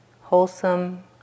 wholesome